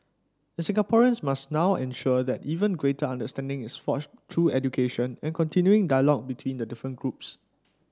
and Singaporeans must now ensure that even greater understanding is forged through education and continuing dialogue between the different groups